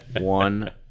one